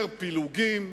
יותר פילוגים,